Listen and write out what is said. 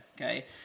okay